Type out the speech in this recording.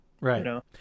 Right